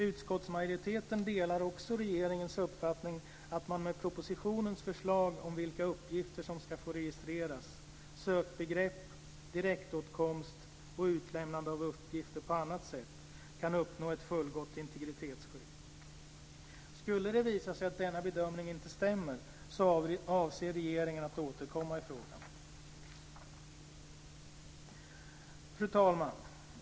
Utskottsmajoriteten delar också regeringens uppfattning att man med propositionens förslag om vilka uppgifter som ska få registreras, sökbegrepp, direktåtkomst och utlämnande av uppgifter på annat sätt kan uppnå ett fullgott integritetsskydd. Skulle det visa sig att denna bedömning inte stämmer avser regeringen att återkomma i frågan. Fru talman!